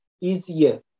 easier